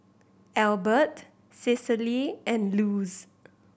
Elbert Cecily and Luz